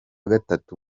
gatatu